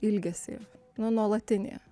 ilgesį nu nuolatinį